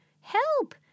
Help